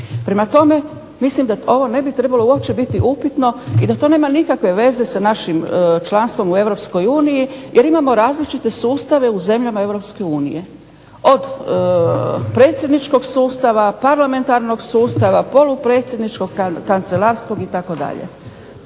Prema tome, mislim da ovo uopće ne bi trebalo biti upitno i da to nema nikakve veze sa našim članstvom u Europskoj uniji jer imamo različite sustave u zemljama Europske unije. Od predsjedničkog sustava, parlamentarnog sustava, polupredsjedničkog, kancelarskog itd.